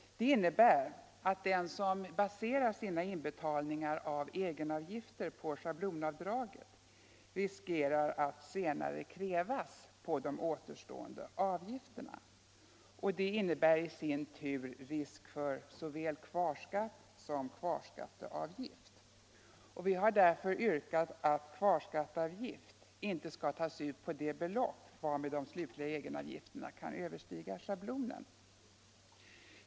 Detta innebär att den som baserar sina inbetalningar av egenavgifter på schablonavdraget alltså riskerar att senare krävas på återstående avgifter. Detta innebär i sin tur risk för såväl kvarskatt som kvarskatteavgift. Vi har därför yrkat att kvarskatteavgift inte skall tas ut på det belopp varmed de slutliga egenavgifterna kan överstiga schablonen.